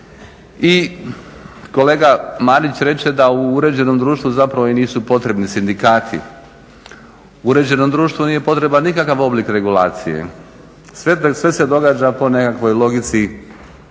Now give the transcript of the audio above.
I kolega Marić reče da u uređenom društvu zapravo i nisu potrebni sindikati. U uređenom društvu nije potreban nikakav oblik regulacije, sve se događa po nekakvoj logici,